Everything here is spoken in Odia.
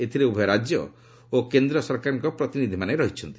ଏଥିରେ ଉଭୟ ରାଜ୍ୟ ଓ କେନ୍ଦ୍ର ସରକାରଙ୍କ ପ୍ରତିନିଧି ରହିଛନ୍ତି